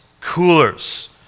coolers